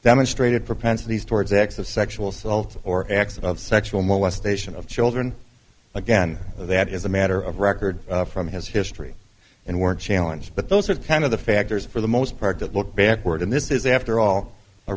demonstrated propensities towards acts of sexual assault or acts of sexual molestation of children again that is a matter of record from his history and weren't challenge but those are kind of the factors for the most part to look backward and this is after all a